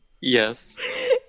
Yes